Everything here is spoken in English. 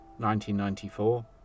1994